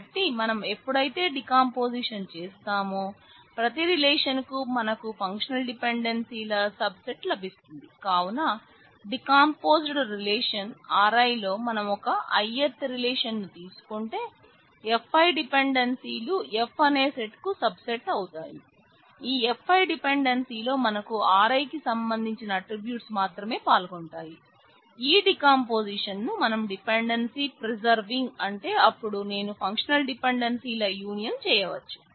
కాబట్టి మనం ఎప్పుడైతే డీకంపోజిషన్ అంటే అపుడు నేను ఫంక్షనల్ డిపెండెన్సీ ల యూనియన్ చేయవచ్చు